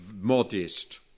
modest